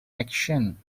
action